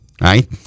right